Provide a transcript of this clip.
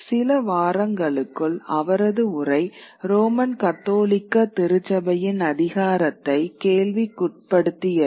சில வாரங்களுக்குள் அவரது உரை ரோமன் கத்தோலிக்க திருச்சபையின் அதிகாரத்தை கேள்விக்குட்படுத்தியது